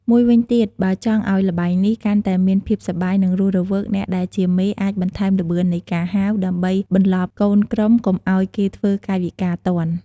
មួយវិញទៀត បើចង់ឱ្យល្បែងនេះកាន់តែមានភាពសប្បាយ និងរស់រវើក អ្នកដែលជាមេអាចបន្ថែមល្បឿននៃការហៅ ដើម្បីបន្លប់កូនក្រុមកុំឱ្យគេធ្វើកាយវិការទាន់។